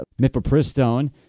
Mifepristone